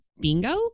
bingo